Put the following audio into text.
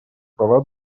права